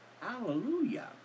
Hallelujah